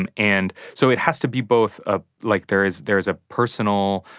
and and so it has to be both, ah like, there is there is a personal,